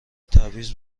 تبعیض